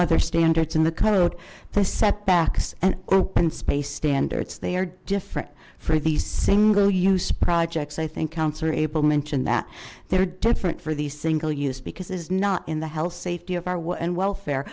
other standards in the code the setbacks and open space standards they are different for these single use projects i think counselor abel mentioned that they're different for these single use because it's not in the health safety of our what and welfare